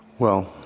well,